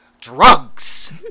drugs